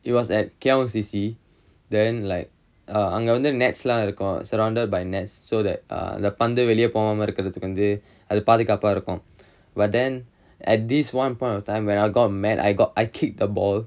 it was at K_L_C_C then like அங்க வந்து:anga vanthu NETS leh இருக்கும்:irukkum got surrounded by NETS so that err the பந்து வெளிய போவாம இருக்கறதுக்கு வந்து அது பாதுகாப்பா இருக்கும்:panthu veliya povaama irukkarathukku vanthu athu paathukaappaa irukkum but then at this one point of time when I got mad I got I kicked the ball